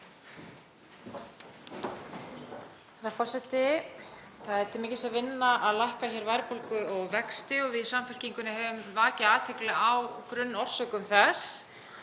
er til mikils að vinna að lækka verðbólgu og vexti og við í Samfylkingunni höfum vakið athygli á grunnorsökum þess